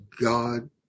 God